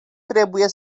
trebuie